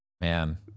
man